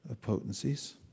potencies